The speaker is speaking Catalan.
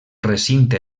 recinte